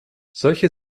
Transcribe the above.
solche